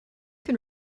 can